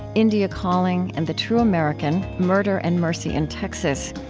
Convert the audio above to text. india calling and the true american murder and mercy in texas.